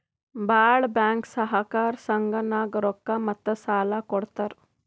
ಭಾಳ್ ಬ್ಯಾಂಕ್ ಸಹಕಾರ ಸಂಘನಾಗ್ ರೊಕ್ಕಾ ಮತ್ತ ಸಾಲಾ ಕೊಡ್ತಾರ್